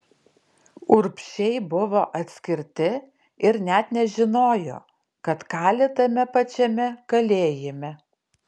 urbšiai buvo atskirti ir net nežinojo kad kali tame pačiame kalėjime